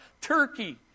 Turkey